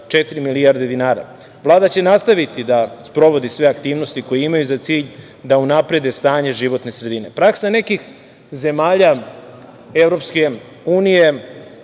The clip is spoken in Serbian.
4 milijarde dinara. Vlada će nastaviti da sprovodi sve aktivnosti koje imaju za cilj da unaprede stanje životne sredine. Praksa nekih zemalja Evropske unije